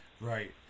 Right